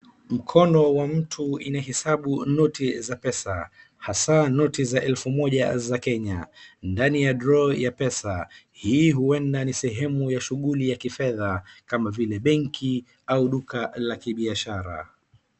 Mkono wa mtu inahesabu noti za pesa, hasa noti za elfu moja za Kenya, ndani ya drawer ya pesa. Hii huenda ni sehemu ya shughuli ya kifedha, kama vile benki au duka la kibiashara.